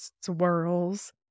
swirls